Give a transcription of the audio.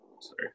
Sorry